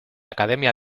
academia